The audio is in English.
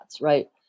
Right